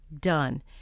done